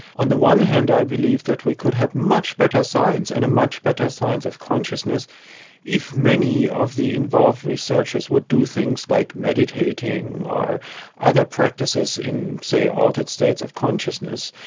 on the one hand i believe that we could have much better science and a much better science of consciousness if many of the involved researchers would do things like meditating or other practices in, say, altered states of consciousness,